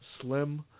slim